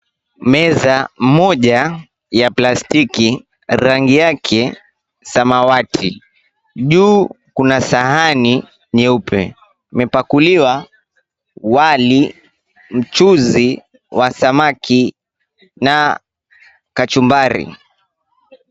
Meza moja ya plastiki, rangi yake samawati. Juu kuna sahani nyeupe, imepakuliwa wali, mchuzi wa samaki na kachumbari.